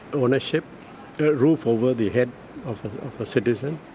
ownership, a roof over the head of the citizen,